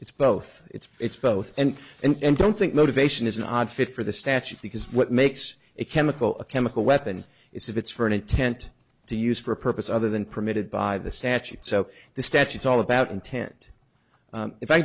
it's both it's it's both and and don't think motivation is an odd fit for the statute because what makes a chemical a chemical weapons is if it's for an intent to use for a purpose other than permitted by the statute so the statutes all about intent if i